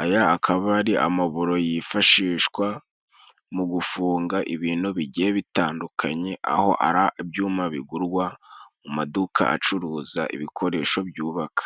Aya akaba ari amaburo yifashishwa mu gufunga ibintu bigiye bitandukanye, aho ibyuma bigurwa mu maduka acuruza ibikoresho byubaka.